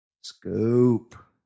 Scoop